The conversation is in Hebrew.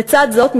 לצד זאת,